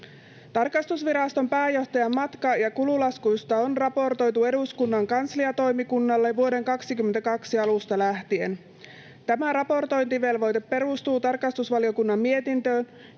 Tarkastusviraston pääjohtajan matka- ja kululaskuista on raportoitu eduskunnan kansliatoimikunnalle vuoden 2022 alusta lähtien. Tämä raportointivelvoite perustuu tarkastusvaliokunnan mietintöön,